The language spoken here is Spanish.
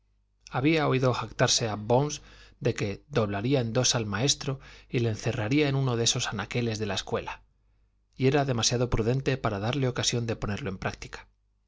había oído jactarse a bones de que doblaría en dos al maestro y le encerraría en uno de los anaqueles de la escuela y era demasiado prudente para darle ocasión de ponerlo en práctica